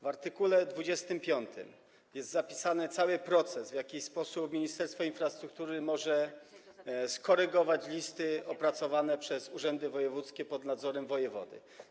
W art. 25 jest zapisany cały proces, w jaki sposób Ministerstwo Infrastruktury może skorygować listy opracowane przez urzędy wojewódzkie pod nadzorem wojewody.